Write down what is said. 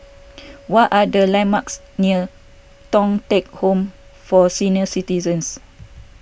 what are the landmarks near Thong Teck Home for Senior Citizens